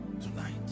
tonight